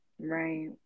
Right